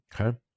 okay